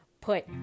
put